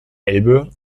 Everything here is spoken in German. elbe